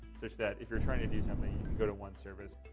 such that if you're trying to do something, you can go to one service.